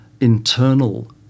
internal